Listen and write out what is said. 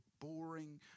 boring